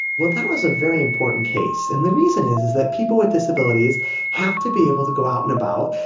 but that was a very important case, and the reason is is that people with disabilities have to be able to go out and about,